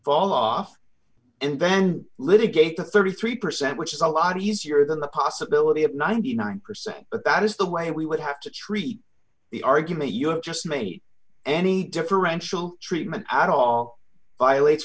fall off and then litigate the thirty three percent which is a lot easier than the possibility of ninety nine percent but that is the way we would have to treat the argument you have just made any differential treatment at all violates